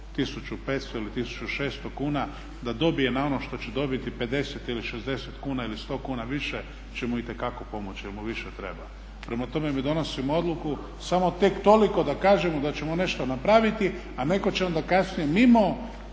1500 ili 1600 kuna da dobije na ono što će dobiti 50 ili 60 kuna ili 100 kuna više će mu itekako pomoći jer mu više treba. Prema tome, mi donosimo odluku samo tek toliko da kažemo da ćemo nešto napraviti a netko će onda kasnije mimo